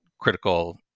critical